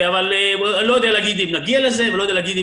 אבל אני לא יודע להגיד אם נגיע לזה ואני לא יודע להגיד אם